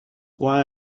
why